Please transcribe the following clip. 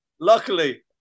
Luckily